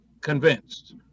convinced